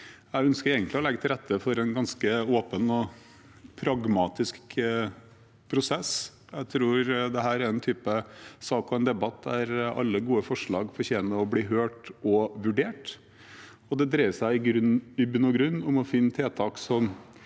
Jeg ønsker egentlig å legge til rette for en ganske åpen og pragmatisk prosess. Jeg tror dette er en type sak og en debatt der alle gode forslag fortjener å bli hørt og vurdert. Det dreier seg i bunn og grunn om å finne tiltak som